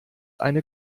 eine